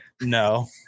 No